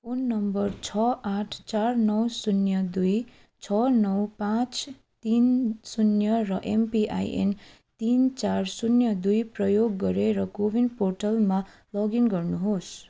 phone number छ आठ चार नौ शून्य दुई छ नौ पाँच तिन शून्य र एमपीआईएन तिन चार शून्य दुई प्रयोग गरेर कोविन पोर्टलमा लगइन गर्नुहोस्